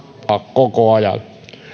koko ajan